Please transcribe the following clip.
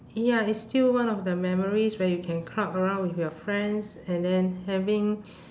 ya it's still one of the memories where you can crowd around with your friends and then having